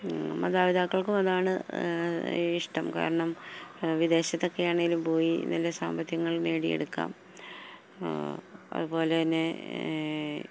മാതാപിതാക്കൾക്കും അതാണ് ഇഷ്ടം കാരണം വിദേശത്തൊക്കെയാണെങ്കിലും പോയി നല്ല സാമ്പത്തികങ്ങൾ നേടിയെടുക്കാം അതുപോലെ തന്നെ